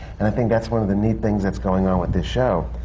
and i think that's one of the neat things that's going on with this show,